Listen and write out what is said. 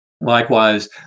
Likewise